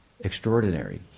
extraordinary